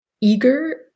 eager